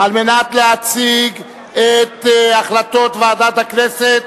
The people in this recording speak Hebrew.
על מנת להציג את החלטות ועדת הכנסת,